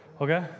Okay